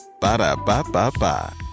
Ba-da-ba-ba-ba